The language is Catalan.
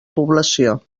població